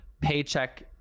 paycheck